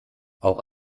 auch